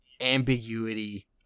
ambiguity